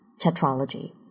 Tetralogy